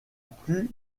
plus